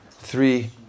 three